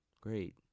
great